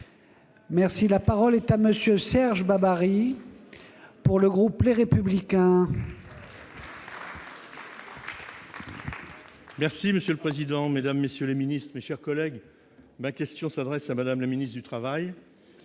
mutation. La parole est à M. Serge Babary, pour le groupe Les Républicains. Monsieur le président, mesdames, messieurs les ministres, mes chers collègues, ma question s'adresse à Mme la ministre du travail.